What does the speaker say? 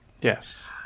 Yes